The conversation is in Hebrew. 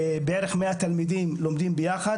בערך 100 תלמידים לומדים ביחד.